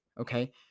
okay